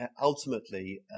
ultimately